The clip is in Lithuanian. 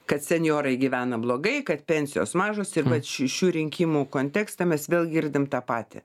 kad senjorai gyvena blogai kad pensijos mažos ir vat šių šių rinkimų kontekste mes vėl girdim tą patį